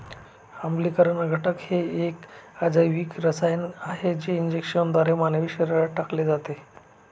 आम्लीकरण घटक हे एक अजैविक रसायन आहे जे इंजेक्शनद्वारे मानवी शरीरात टाकले जाते